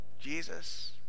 Jesus